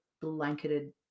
blanketed